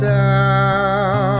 down